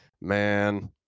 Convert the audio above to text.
man